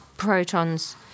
Protons